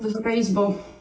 Wysoka Izbo!